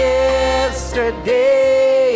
yesterday